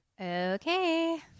Okay